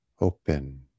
open